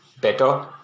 better